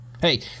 Hey